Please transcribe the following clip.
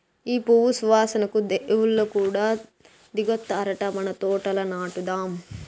ఈ పువ్వు సువాసనకు దేవుళ్ళు కూడా దిగొత్తారట మన తోటల నాటుదాం